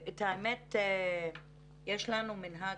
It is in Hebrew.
האמת, יש לנו מנהג